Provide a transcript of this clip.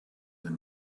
and